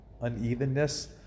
unevenness